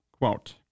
Quote